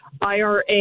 IRA